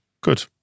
good